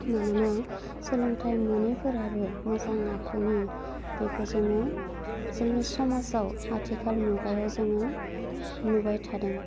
मानोना सोलोंथाइ मोनैफोराबो मोजां आखुनि बेखौ जोङो जोंनि समाजाव आथिखाल मुगायाव जोङो नुबाय थादों